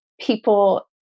people